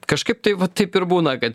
kažkaip tai va taip ir būna kad